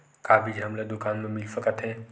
का बीज हमला दुकान म मिल सकत हे?